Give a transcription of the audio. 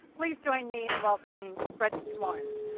please join me in welcoming fred lawrence.